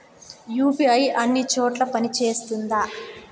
UPI అన్ని చోట్ల పని సేస్తుందా?